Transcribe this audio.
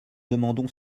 demandons